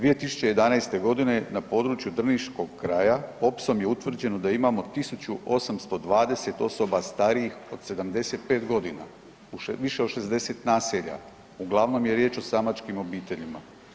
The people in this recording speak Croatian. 2011.g. na području drniškog kraja popisom je utvrđeno da imamo 1820 osoba starijih od 75.g. u više od 60 naselja, uglavnom je riječ o samačkim obiteljima.